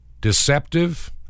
deceptive